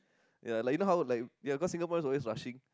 ya like you know how like yeah cause Singaporeans always rushing